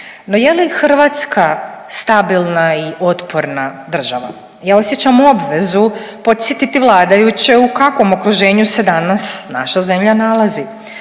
No, je li Hrvatska stabilna i otporna država? Ja osjećam obvezu podsjetiti vladajuće u kakvom okruženju se danas naša zemlja nalazi.